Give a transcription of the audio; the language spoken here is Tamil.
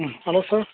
ம் ஹலோ சார்